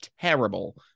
terrible